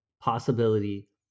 possibility